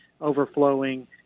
overflowing